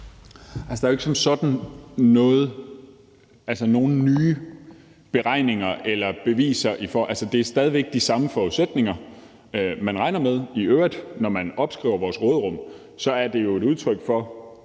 Der er jo ikke som sådan nogen nye beregninger eller beviser. Det er stadig væk de samme forudsætninger, man i øvrigt regner med. Når man opskriver vores råderum, er det jo et udtryk for,